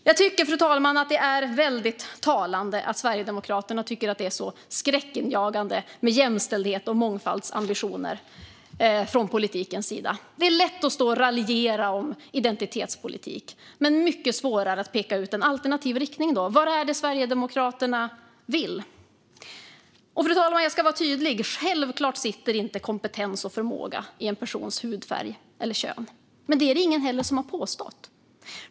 Jag tycker, fru talman, att det är väldigt talande att Sverigedemokraterna tycker att det är så skräckinjagande med jämställdhets och mångfaldsambitioner från politikens sida. Det är lätt att stå och raljera om identitetspolitik men mycket svårare att peka ut en alternativ riktning. Vad är det Sverigedemokraterna vill? Fru talman! Jag ska vara tydlig: Självklart sitter inte kompetens och förmåga i en persons hudfärg eller kön. Men det är det heller ingen som har påstått.